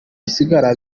bisaga